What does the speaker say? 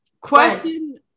question